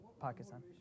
Pakistan